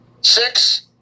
Six